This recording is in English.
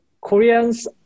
Koreans